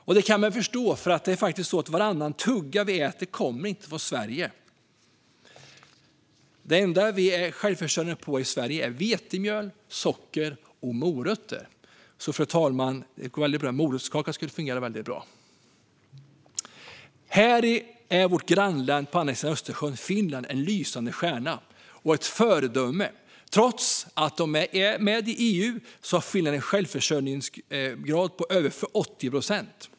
Detta kan vi förstå, för varannan tugga vi äter kommer faktiskt inte från Sverige. Det enda vi i Sverige är självförsörjande på är vetemjöl, socker och morötter. Morotskaka skulle alltså fungera bra, fru talman. Här är vårt grannland på andra sidan Östersjön - Finland - en lysande stjärna och ett föredöme. Trots att Finland är med i EU har de en självförsörjningsgrad på över 80 procent.